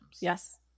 yes